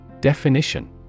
Definition